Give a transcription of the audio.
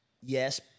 Yes